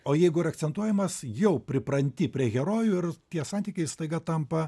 o jeigu ir akcentuojamas jau pripranti prie herojų ir tie santykiai staiga tampa